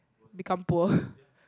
become poor